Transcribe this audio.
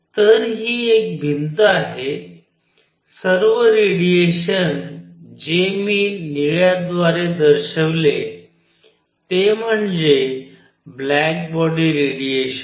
तर ही एक भिंत आहे सर्व रेडिएशन जे मी निळ्या द्वारे दर्शवेल ते म्हणजे ब्लॅक बॉडी रेडिएशन